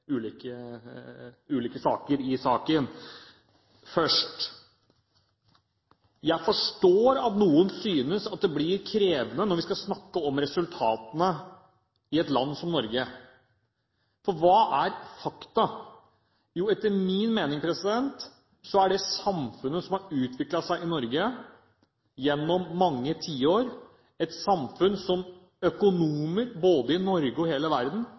ulike sider i saken. Først: Jeg forstår at noen synes det blir krevende når vi skal snakke om resultatene i et land som Norge. Hva er fakta? Etter min mening er det samfunnet som har utviklet seg i Norge gjennom mange tiår, et samfunn som økonomer, både i Norge og i resten av verden,